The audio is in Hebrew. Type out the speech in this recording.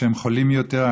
שהם חולים יותר,